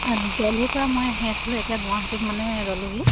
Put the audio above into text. দেলহীৰ পৰা মই আহি আছিলোঁ এতিয়া গুৱাহাটীত মানে ৰ'লোহি